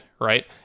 right